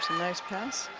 nice pass